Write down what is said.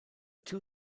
two